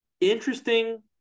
interesting